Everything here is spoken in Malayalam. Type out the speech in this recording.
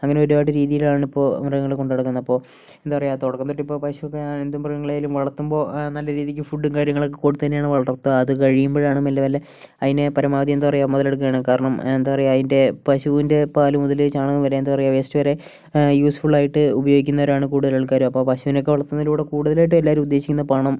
അങ്ങനെ ഒരുപാട് രീതിയിലാണ് ഇപ്പോൾ മൃഗങ്ങളെ കൊണ്ട് നടക്കുന്നത് അപ്പോൾ എന്താ പറയുക തുടക്കം തൊട്ട് ഇപ്പോൾ പശു എന്ത് മൃഗങ്ങളെയിലും വളർത്തുമ്പോൾ നല്ല രീതിക്ക് ഫുഡും കാര്യങ്ങളൊക്കെ കൊടുത്തു തന്നെയാണ് വളർത്തുക അത് കഴിയുമ്പഴാണ് മെല്ലെ മെല്ലെ അതിനെ പരമാവധി എന്താ പറയുക മുതലെടുക്കുകയാണ് കാരണം എന്താ പറയുക അതിൻ്റെ പശുവിൻ്റെ പാല് മുതല് ചാണകം വരെ എന്താ പറയുക വേസ്റ്റ് വരെ യൂസ് ഫുൾ ആയിട്ട് ഉപയോഗിക്കുന്നവരാണ് കൂടുതൽ ആൾക്കാരും അപ്പോൾ പശുവിനെ ഒക്കെ വളർത്തുന്നതിലൂടെ കൂടുതലായിട്ടും എല്ലാവരും ഉദ്ദേശിക്കുന്ന പണം